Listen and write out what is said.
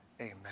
Amen